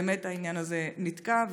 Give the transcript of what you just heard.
באמת העניין הזה נתקע,